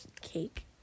cake